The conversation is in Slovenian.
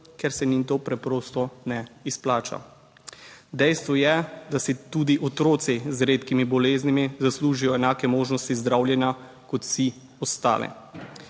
ker se jim to preprosto ne izplača. Dejstvo je, da si tudi otroci z redkimi boleznimi zaslužijo enake možnosti zdravljenja kot vsi ostali,